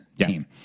team